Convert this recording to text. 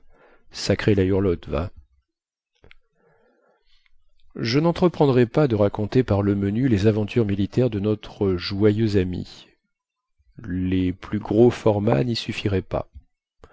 sacré la hurlotte va je nentreprendrai pas de raconter par le menu les aventures militaires de notre joyeux ami les plus gros formats ny suffiraient pas